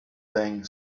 thing